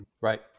right